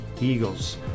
Eagles